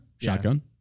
Shotgun